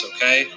Okay